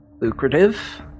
lucrative